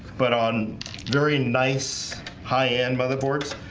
but on very nice high-end by the ports.